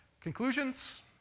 Conclusions